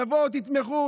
תבואו ותתמכו,